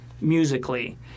musically